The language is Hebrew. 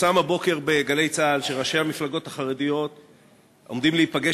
פורסם הבוקר ב"גלי צה"ל" שראשי המפלגות החרדיות עומדים להיפגש